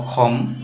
Assam